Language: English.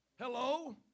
Hello